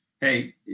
hey